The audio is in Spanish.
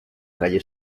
calle